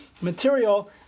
material